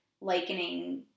likening